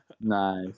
Nice